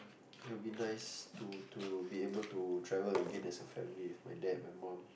it'll be nice to to be able to travel again as a family with my dad and mum